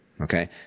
okay